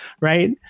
right